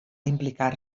implicar